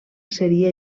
seria